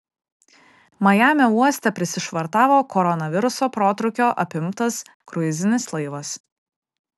majamio uoste prisišvartavo koronaviruso protrūkio apimtas kruizinis laivas